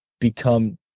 become